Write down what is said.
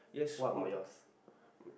yes um